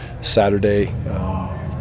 Saturday